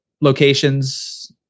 locations